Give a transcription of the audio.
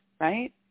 right